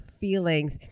feelings